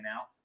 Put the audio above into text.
out